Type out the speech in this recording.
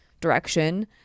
direction